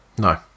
No